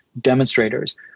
demonstrators